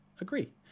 agree